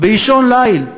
באישון ליל.